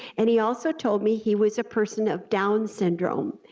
and he also told me he was a person of down syndrome.